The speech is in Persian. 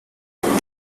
آیا